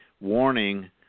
Warning